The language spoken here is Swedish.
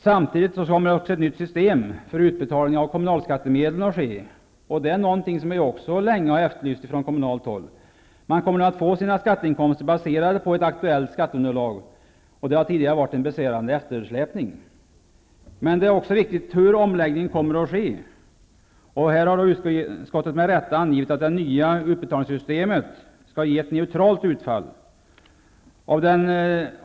Samtidigt kommer också ett nytt system för utbetalning av kommunalskattemedel att införas. Detta är också något som vi länge har efterlyst på kommunalt håll. Man kommer nu att få sina skatteinkomster baserade på ett aktuellt skatteunderlag. Här har det tidigare förekommit en besvärande eftersläpning. Men det är också viktigt hur omläggningen kommer att ske. Utskottet har med rätta angivit att det nya utbetalningssystemet skall ge ett neutralt utfall.